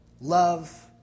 Love